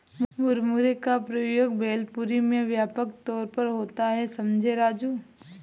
मुरमुरे का प्रयोग भेलपुरी में व्यापक तौर पर होता है समझे राजू